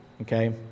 okay